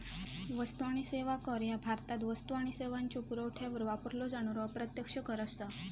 वस्तू आणि सेवा कर ह्या भारतात वस्तू आणि सेवांच्यो पुरवठ्यावर वापरलो जाणारो अप्रत्यक्ष कर असा